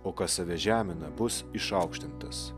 o kas save žemina bus išaukštintas